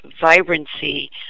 vibrancy